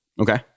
Okay